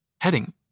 Heading